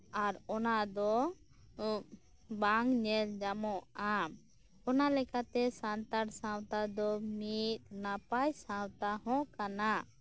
ᱟᱨ ᱚᱱᱟᱫᱚ ᱵᱟᱝ ᱧᱮᱞ ᱧᱟᱢᱚᱜᱼᱟ ᱚᱱᱟᱞᱮᱠᱟᱛᱮ ᱥᱟᱱᱛᱟᱲ ᱥᱟᱶᱛᱟ ᱫᱚ ᱢᱤᱫ ᱱᱟᱯᱟᱭ ᱥᱟᱶᱛᱟᱦᱚᱸ ᱠᱟᱱᱟ